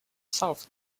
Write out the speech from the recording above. south